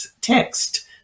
text